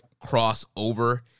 Crossover